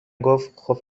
گفتخوب